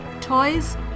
toys